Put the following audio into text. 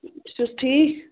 تُہۍ چھُو حظ ٹھیٖک